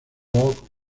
rock